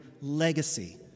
legacy